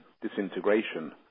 disintegration